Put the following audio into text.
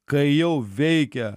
kai jau veikia